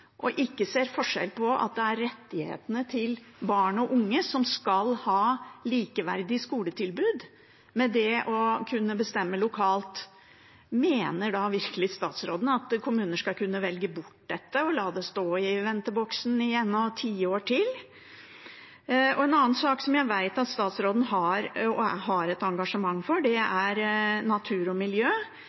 og ikke ser forskjell på rettighetene til barn og unge, som skal ha et likeverdig skoletilbud, og det å kunne bestemme lokalt. Mener virkelig statsråden at kommuner skal kunne velge bort dette og la det stå i venteboksen i enda flere tiår? En annen sak som jeg vet at statsråden har et engasjement for, er natur og miljø.